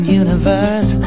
universe